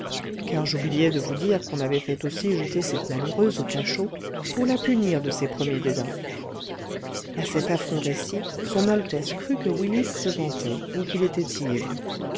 car j'oubliais de vous dire qu'on avait fait aussi jeter cette malheureuse au cachot pour la punir de ses premiers dédains à cet affreux récit son altesse crut que willis se vantait ou qu'il était ivre